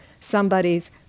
somebody's